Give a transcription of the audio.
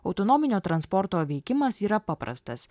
autonominio transporto veikimas yra paprastas